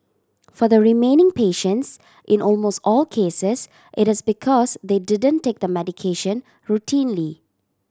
for the remaining patients in almost all cases it is because they didn't take the medication routinely